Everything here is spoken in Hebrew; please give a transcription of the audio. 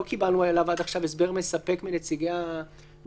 קיבלנו עליו עד עכשיו הסבר מספק מנציגי הממשלה,